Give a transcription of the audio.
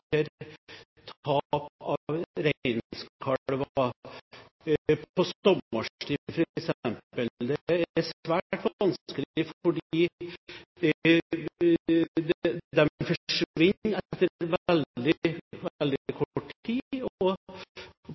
tap av f.eks. reinkalver på sommeren. Det er svært vanskelig, fordi de forsvinner etter veldig kort tid, og